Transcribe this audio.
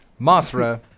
Mothra